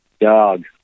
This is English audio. Dog